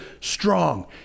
strong